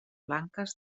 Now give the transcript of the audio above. blanques